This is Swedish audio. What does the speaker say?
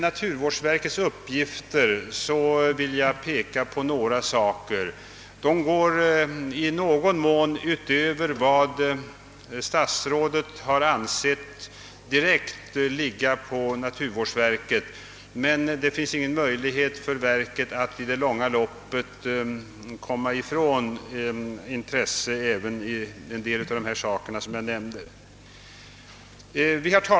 Naturvårdsverkets uppgifter går i någon mån utöver vad statsrådet har ansett direkt ligga inom verkets arbetsområden, och det beror på att verket i det långa loppet inte kan underlåta att engagera sig också i några av de verksamheter som jag här kommer att nämna om.